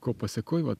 ko pasėkoj va